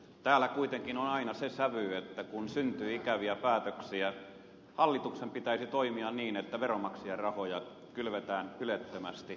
täällä kuitenkin on aina se sävy että kun syntyy ikäviä päätöksiä hallituksen pitäisi toimia niin että veronmaksajien rahoja kylvetään ylettömästi